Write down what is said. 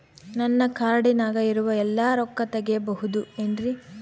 ನನ್ನ ಕಾರ್ಡಿನಾಗ ಇರುವ ಎಲ್ಲಾ ರೊಕ್ಕ ತೆಗೆಯಬಹುದು ಏನ್ರಿ?